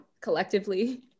collectively